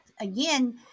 again